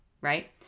right